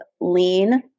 lean